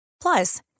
Plus